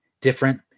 Different